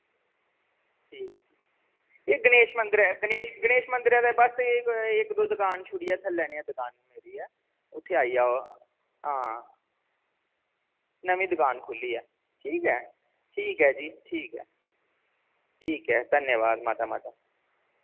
जी एह् गणेश मंदरै दे एह् गणेश मंदरै दे बस इक दो दकान छुड़ियै थल्लै दकान जेह्ड़ी ऐ उत्थै आई जाओ हां नमीं दकान खुह्ल्ली ऐ ठीक ऐ जी ठीक ऐ धन्नवाद मता मता